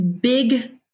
big